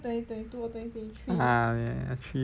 ah ya ya three years lah